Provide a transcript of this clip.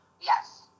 Yes